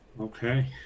Okay